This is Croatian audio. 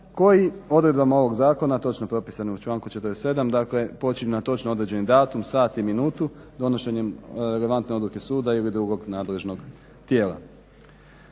koji odredbama ovog zakona, a točno propisano u članku 47., dakle počinje na točno određeni datum, sat i minutu, donošenjem relevantne odluke suda ili drugog nadležnog tijela.